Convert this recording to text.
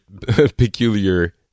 peculiar